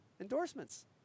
endorsements